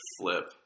flip